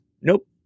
Nope